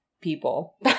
people